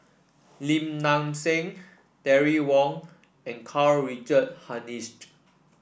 Lim Nang Seng Terry Wong and Karl Richard Hanitsch